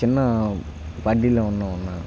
చిన్నా పార్టీలో ఉన్నాం అన్నా